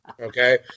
Okay